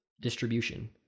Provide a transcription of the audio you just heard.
distribution